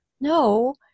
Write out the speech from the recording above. no